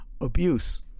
abuse